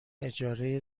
اجاره